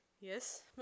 yes